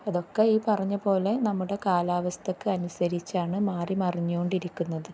അതൊക്കെ ഈ പറഞ്ഞപോലെ നമ്മുടെ കാലാവസ്ഥയ്ക്ക് അനുസരിച്ചാണ് മാറിമറിഞ്ഞുകൊണ്ടിരിക്കുന്നത്